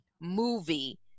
movie